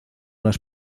las